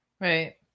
Right